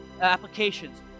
applications